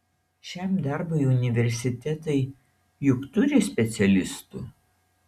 šiam darbui universitetai juk turi specialistų